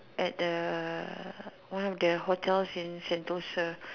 at the one of the hotels in Sentosa